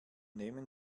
nehmen